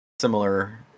similar